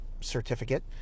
certificate